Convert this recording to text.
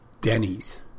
Denny's